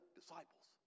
disciples